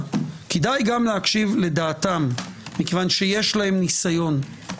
- כדאי גם להקשיב לדעתם כי יש להם ניסיון.